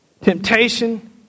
Temptation